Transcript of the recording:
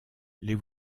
les